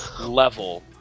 level